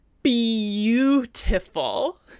beautiful